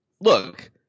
look